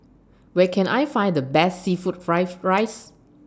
Where Can I Find The Best Seafood Fried Rice